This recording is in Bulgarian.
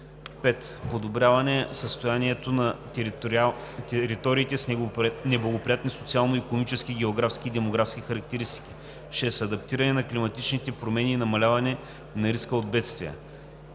5. подобряване състоянието на териториите с неблагоприятни социално-икономически, географски и демографски характеристики; 6. адаптиране към климатичните промени и намаляване на риска от бедствия.“